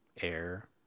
air